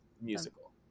musical